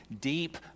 deep